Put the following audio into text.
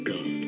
God